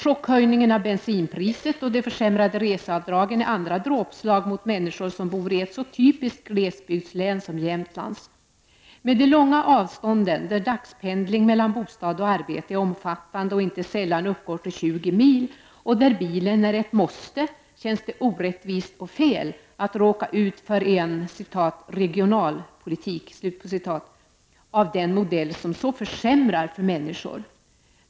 Chockhöjningen av bensinpriset och de försämrade reseavdragen är andra dråpslag mot människor som bor i ett så typiskt glesbygdslän som Jämtlands. Med de långa avstånden, där dagpendling mellan bostad och arbete är omfattande och inte sällan uppgår till 20 mil och där bilen är ett måste, känns det orättvist och fel att råka ut för en ”regionalpolitik” av den modell som så försämrar för människor.